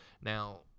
Now